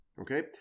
okay